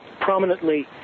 prominently